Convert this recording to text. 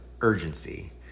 urgency